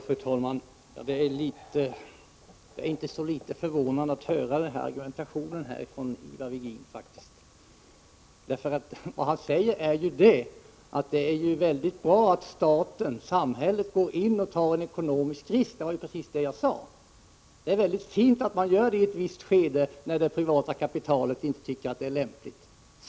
Fru talman! Jag är inte så litet förvånad över att höra denna argumentation från Ivar Virgin. Vad han säger är att det är mycket bra att staten, samhället, går in och tar en ekonomisk risk. Det var precis det jag sade. Det är mycket fint att man gör det i ett visst skede när det privata kapitalet inte tycker att det är lämpligt.